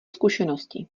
zkušenosti